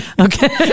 Okay